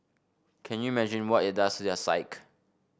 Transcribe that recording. can you what it does their psyche